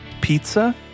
pizza